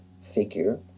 figure